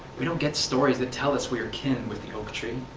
we don't get stories that tell us we are kin with the oak tree,